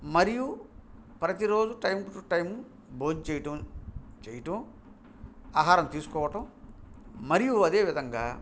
మరియు ప్రతిరోజు time to time భోం చేయటం చేయటం ఆహారం తీసుకోవటం మరియు అదే విధంగా